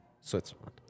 switzerland